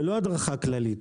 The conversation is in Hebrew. ולא הדרכה כללית.